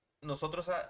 nosotros